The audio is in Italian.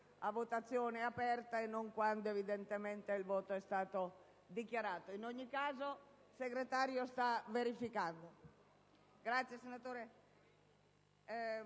Grazie